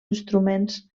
instruments